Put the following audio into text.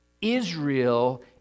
Israel